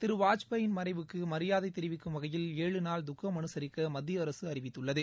திரு வாஜ்பாயின் மறைவுக்கு மரியாதை தெரிவிக்கும் வகையில் ஏழு நாள் துக்கம் அனுசரிக்க மத்திய அரசு அறிவித்துள்ளது